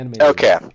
Okay